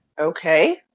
Okay